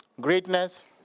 Greatness